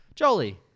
Jolly